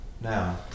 Now